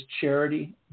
charity